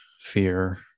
fear